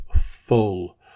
full